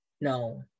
no